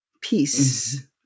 peace